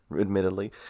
admittedly